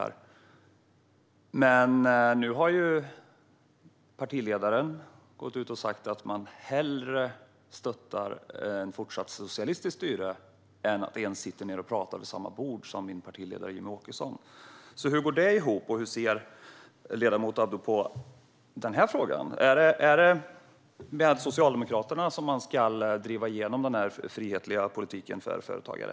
Liberalernas partiledare har dock sagt att man hellre stöttar ett fortsatt socialistiskt styre än sätter sig vid samma bord som min partiledare Jimmie Åkesson. Hur går det ihop, Said Abdu? Är det med Socialdemokraterna ni ska driva igenom den frihetliga politiken för företagare?